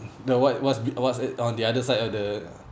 the what what's what's on the other side of the